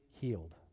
healed